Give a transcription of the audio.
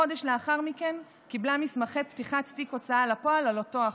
חודש לאחר מכן קיבלה מסמכי פתיחת תיק הוצאה לפועל על אותו החוב.